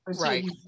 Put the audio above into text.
Right